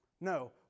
No